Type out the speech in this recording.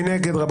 מי נמנע?